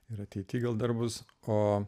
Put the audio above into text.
ir ateityje gal dar bus o